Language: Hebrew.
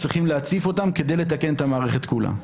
צריכים להציף אותם כדי לתקן את המערכת כולה.